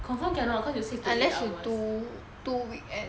confirm cannot cause you six to eight hours